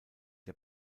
der